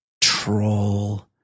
troll